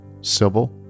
civil